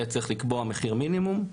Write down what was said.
מחיר מינימום.